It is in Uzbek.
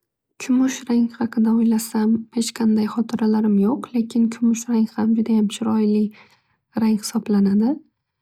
Kumush rang haqida o'ylasam hech qanday xotiralarim yo'q. Lekin kumush rang ham judayam chiroyli rang hisoblanadi.